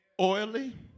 oily